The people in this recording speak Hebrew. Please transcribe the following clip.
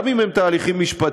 גם אם הם תהליכים משפטיים,